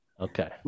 okay